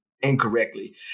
incorrectly